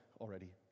already